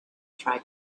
tried